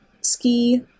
ski